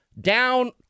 down